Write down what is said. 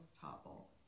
topple